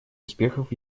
успехов